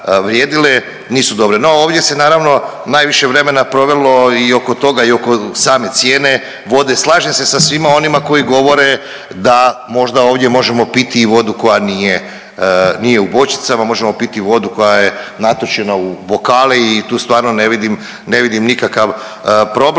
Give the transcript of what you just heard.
No, ovdje se naravno najviše vremena provelo i oko toga i oko same cijene vode, slažem se sa svima onima koji govore da možda ovdje možemo piti i vodu koja nije, nije u bočicama, možemo piti vodu koja je natočena u bokale i tu stvarno ne vidim nikakav problem.